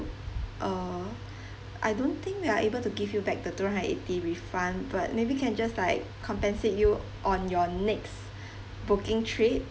err I don't think we're able to give you back the two hundred and eighty refund but maybe can just like compensate you on your next booking trip